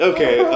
Okay